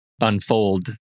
unfold